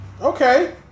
okay